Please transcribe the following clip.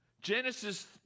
genesis